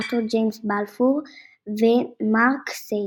ארתור ג'יימס בלפור ומארק סייקס,